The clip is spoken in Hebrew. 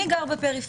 מי גר בפריפריה?